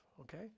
okay